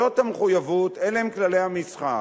זאת המחויבות, אלה הם כללי המשחק.